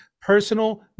Personal